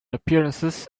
appearances